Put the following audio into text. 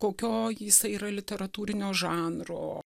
kokio jisai yra literatūrinio žanro